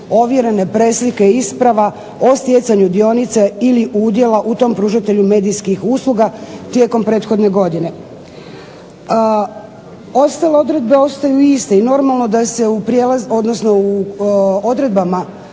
ovjerene preslike isprava o stjecanju dionice ili udjela u tom pružatelju medijskih usluga tijekom prethodne godine. Ostale odredbe ostaju iste i normalno da se u odredbama